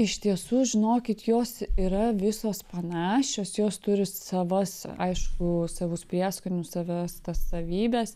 iš tiesų žinokit jos yra visos panašios jos turi savas aišku savus prieskonius savas tas savybes